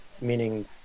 meaning